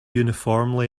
uniformly